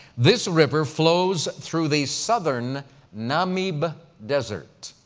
this river flows through the southern namib desert.